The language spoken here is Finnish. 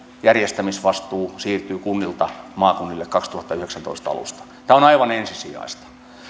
järjestämisvastuu siirtyy kunnilta maakunnille kaksituhattayhdeksäntoista alusta tämä on aivan ensisijaista